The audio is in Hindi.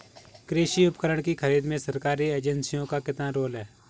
कृषि उपकरण की खरीद में सरकारी एजेंसियों का कितना रोल है?